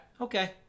Okay